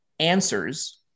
answers